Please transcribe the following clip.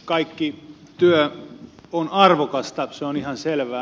kaikki työ on arvokasta se on ihan selvää